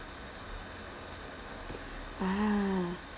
ah